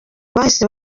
bahise